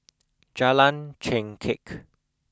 Jalan Chengkek